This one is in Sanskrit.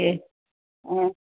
हा